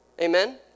Amen